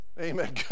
Amen